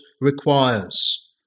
requires